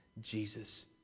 Jesus